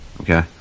Okay